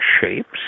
shapes